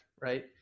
right